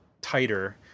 tighter